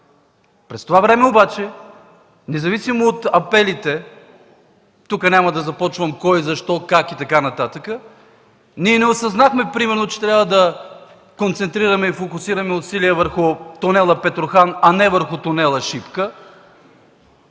През това време обаче, независимо от апелите – няма да започвам кой, защо, как и така нататък, ние не осъзнахме примерно, че трябва да концентрираме и фокусираме усилия върху тунела Петрохан, а не върху тунела Шипка,